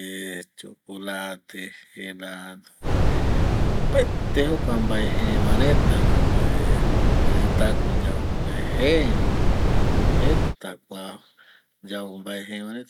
chocolate, helado opaete jokua mbae je va reta ɨtaku yau yae je, jeta kua yau mbae je va reta